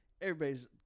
everybody's